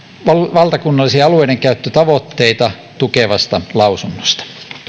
valtakunnallisia alueidenkäyttötavoitteita tukevasta lausunnosta